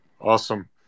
Awesome